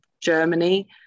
Germany